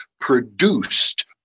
produced